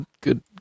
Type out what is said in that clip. good